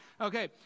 Okay